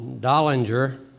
Dollinger